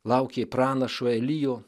laukė pranašo elijo